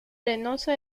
arenosa